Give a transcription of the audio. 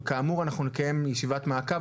וכאמור אנחנו נקיים ישיבת מעקב.